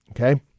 okay